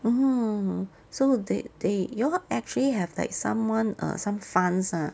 mm so they they you all actually have like someone err some funds ah